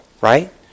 Right